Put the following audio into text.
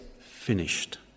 finished